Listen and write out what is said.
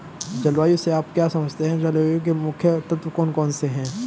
जलवायु से आप क्या समझते हैं जलवायु के मुख्य तत्व कौन कौन से हैं?